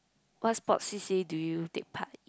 what sports C_C_A do you take part